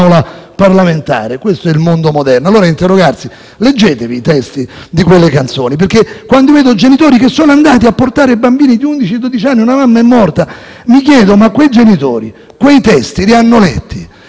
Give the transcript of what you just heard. parlamentare. Questo è il mondo moderno. Occorre allora interrogarsi. Leggete i testi di quelle canzoni, perché quando vedo i genitori che sono andati a portare i bambini di undici e dodici anni - e una mamma è morta - mi chiedo: ma quei genitori quei testi li hanno letti?